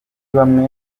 bamwe